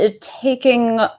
taking